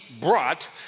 brought